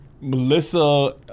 Melissa